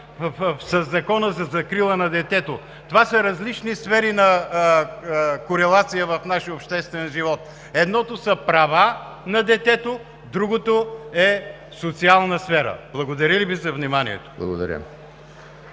със Закона за закрила на детето. Това са различни сфери на корелация в нашия обществен живот. Едното са права на детето, другото е социална сфера. Благодаря Ви за вниманието.